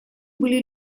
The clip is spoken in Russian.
были